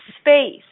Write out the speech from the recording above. space